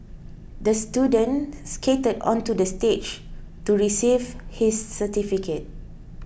the student skated onto the stage to receive his certificate